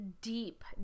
deep